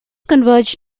converge